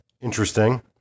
interesting